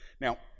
Now